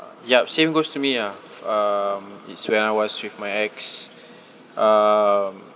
yup same goes to me ah um it's when I was with my ex um